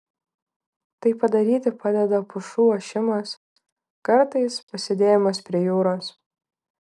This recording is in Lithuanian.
tai padaryti padeda pušų ošimas kartais pasėdėjimas prie jūros